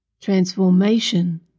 transformation